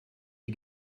les